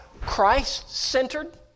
Christ-centered